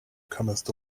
comest